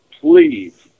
please